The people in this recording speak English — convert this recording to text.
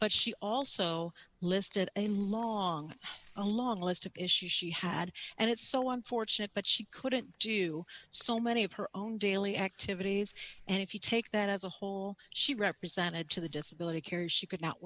but she also listed a long a long list of issues she had and it's so unfortunate but she couldn't do so many of her own daily activities and if you take that as a whole she represented to the disability carry she could not